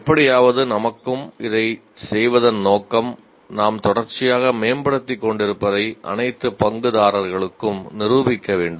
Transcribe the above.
எப்படியாவது நமக்கும் இதைச் செய்வதன் நோக்கம் நாம் தொடர்ச்சியாக மேம்படுத்திக் கொண்டிருப்பதை அனைத்து பங்குதாரர்களுக்கும் நிரூபிக்க வேண்டும்